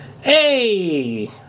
hey